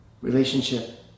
Relationship